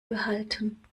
behalten